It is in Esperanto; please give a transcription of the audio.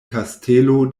kastelo